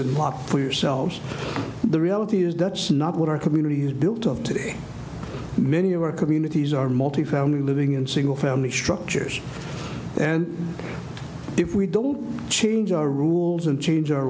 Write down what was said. and walk for yourselves the reality is that's not what our community is built of today many of our communities are multi family living in single family structures and if we don't change our rules and change our